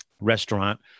restaurant